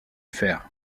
fer